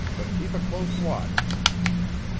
but keep a close watch.